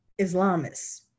Islamists